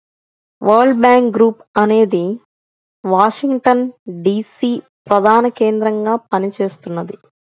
world bank group అనేది Washington DC ప్రధానకేంద్రంగా పనిచేస్తున్నది